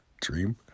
Dream